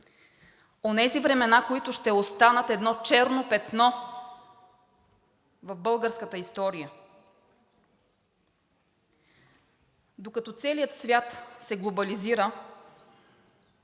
онези времена, които ще останат едно черно петно в българската история. Докато целият свят се глобализира,